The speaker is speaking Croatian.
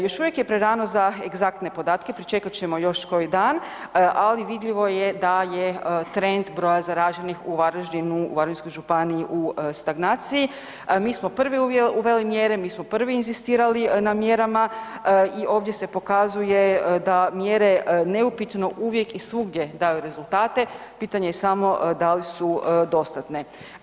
Još uvijek je prerano za egzaktne podatke, pričekat ćemo još koji dan, ali vidljivo je da je trend broja zaraženih u Varaždinu, u Varaždinskoj županiji u stagnaciji, mi smo prvi uveli mjere, mi smo prvi inzistirali na mjerama i ovdje se pokazuju da mjere neupitno uvijek i svugdje daju rezultate, pitanje je samo da li su dostatne.